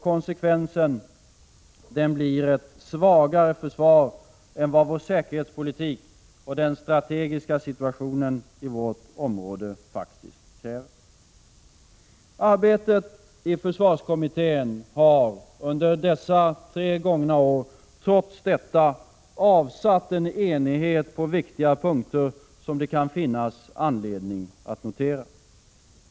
Konsekvensen blir ett svagare försvar än vad vår säkerhetspolitik och den strategiska situationen i vårt område kräver. Arbetet i försvarskommittén under de gångna tre åren har trots detta avsatt en enighet på viktiga punkter som det finns anledning att notera.